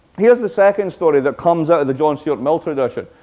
here's the second story that comes out of the john stuart mill tradition.